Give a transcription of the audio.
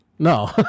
No